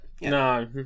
no